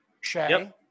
Shay